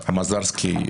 סימון ציין.